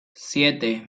siete